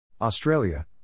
Australia